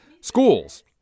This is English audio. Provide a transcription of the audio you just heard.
Schools